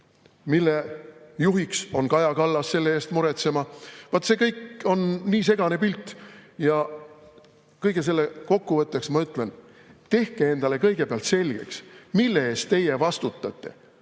mille juht on Kaja Kallas, selle eest muretsema? Vaat, see kõik on nii segane pilt. Ja kõige selle kokkuvõtteks ma ütlen: tehke endale kõigepealt selgeks, mille eest teie vastutate,